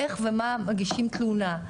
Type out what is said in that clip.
איך ומה מגישים תלונה,